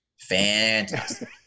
Fantastic